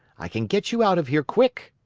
i can get you out of here quick.